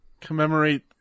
commemorate